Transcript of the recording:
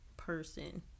person